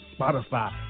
Spotify